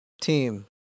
team